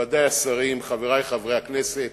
מכובדי השרים, חברי חברי הכנסת,